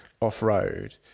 off-road